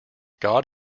god